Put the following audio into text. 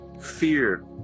fear